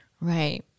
Right